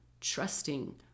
trusting